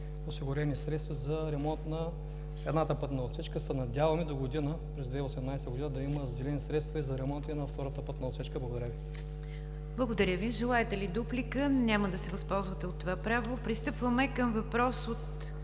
осигурени средства за ремонт на едната пътна отсечка. Да се надяваме догодина – през 2018 г., да има заделени средства и за ремонта на втората пътна отсечка. Благодаря Ви. ПРЕДСЕДАТЕЛ НИГЯР ДЖАФЕР: Благодаря Ви. Желаете ли дуплика? Няма да се възползвате от това право. Пристъпваме към въпрос от